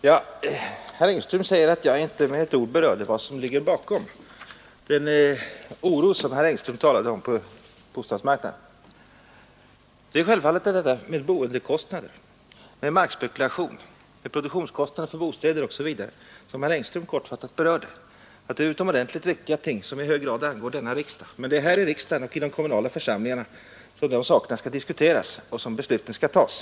Herr talman! Herr Engström säger att jag inte med ett ord berörde vad som ligger bakom vräkningarna, den oro på bostadsmarknaden som herr Engström talade om. Det är självklart, att boendekostnader, markspekulation, produktionskostnader för bostäder osv., som herr Engström kortfattat berörde, är utomordentligt viktiga ting, som i hög grad angår denna riksdag. Det är här i riksdagen och i de kommunala församlingarna som dessa saker skall diskuteras och besluten fattas.